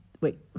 Wait